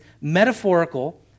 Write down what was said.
metaphorical